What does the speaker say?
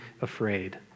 afraid